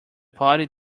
party